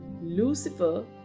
Lucifer